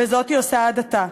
וזאת היא עושה עד עתה,